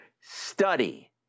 Study